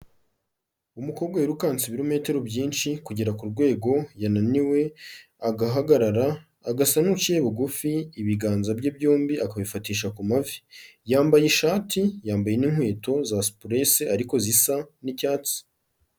Umukobwa wirukanse ibirometero byinshi kugera ku rwego yananiwe, agahagarara, agasa n'uciye bugufi ibiganza bye byombi akabifatisha ku mavi, yambaye ishati, yambaye n'inkweto za supurese ariko zisa n'icyatsi.